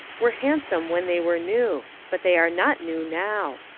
were handsome when they were new, but they are not new now.